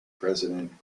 president